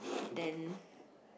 then